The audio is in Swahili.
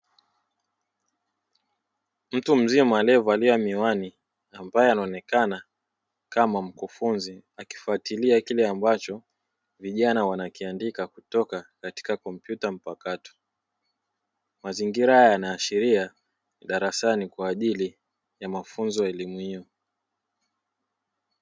Mtu mzima aliye valia miwani ambaye anaonekana kama mkufunzi akifatilia kile ambacho vijana wanakiandika kutoka katika komputa mpakato. Mazingira haya yanaashilia darasani kwaajili ya mafunzo ya elimu hiyo.